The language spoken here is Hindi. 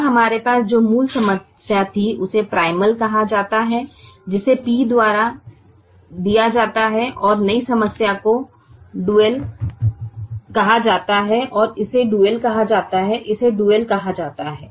अब हमारे पास जो मूल समस्या थी उसे प्राइमल कहा जाता है जिसे p द्वारा दिया जाता है और नई समस्या को ड्यूल कहा जाता है इसे ड्यूल कहा जाता है इसे ड्यूल कहा जाता है